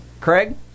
Craig